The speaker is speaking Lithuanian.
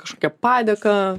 kažkokią padėką